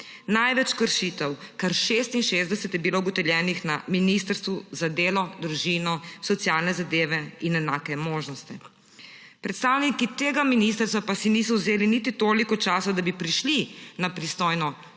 Največ kršitev, kar 66, je bilo ugotovljenih na Ministrstvu za delo, družino, socialne zadeve in enake možnosti. Predstavniki tega ministrstva pa si niso vzeli niti toliko časa, da bi prišli na pristojno Komisijo